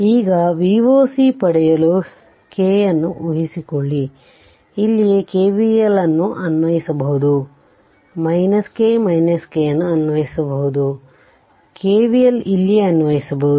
ಈಗ Voc ಪಡೆಯಲು K ಊಹಿಸಿಕೊಳ್ಳಿ ಇಲ್ಲಿಯೇ KVL ಅನ್ನು ಅನ್ವಯಿಸಬಹುದು k k ಅನ್ನು ಅನ್ವಯಿಸಬಹುದು KVL ಇಲ್ಲಿಯೇ ಅನ್ವಯಿಸಬಹುದು